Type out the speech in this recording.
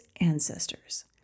ancestors